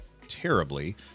terribly